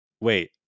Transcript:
wait